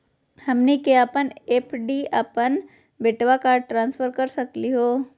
हमनी के अपन एफ.डी अपन बेटवा क ट्रांसफर कर सकली हो?